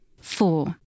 Four